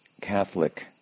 Catholic